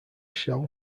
shall